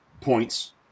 points